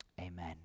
Amen